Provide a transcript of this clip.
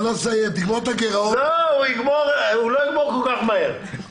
הוא לא יסיים כל כך מהר.